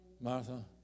Martha